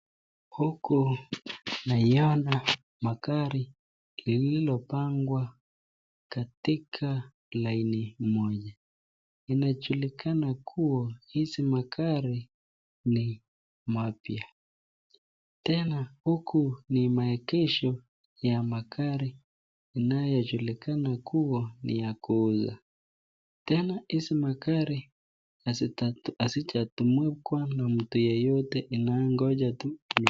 Huku naiona magari lililopangwa katika laini moja. Linajulikana kuwa hizi magari ni mapya. Tena huku ni maegesho ya magari inayojulikana kuwa ni ya kuuza. Tena hizi magari hazijatumiwa na mtu yoyote inangoja tu...